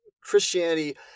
Christianity